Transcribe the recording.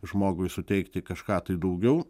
žmogui suteikti kažką tai daugiau